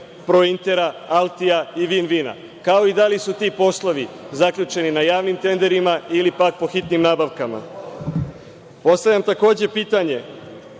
„Prointera“, „Altija“ i „Vin Vina“, kao i da li su ti poslovi zaključeni na javnim tenderima ili pak po hitnim nabavkama? Postavljam takođe pitanje